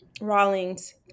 Rawlings